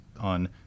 on